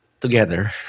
together